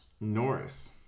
Norris